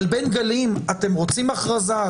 אבל בין גלים אתם רוצים הכרזה?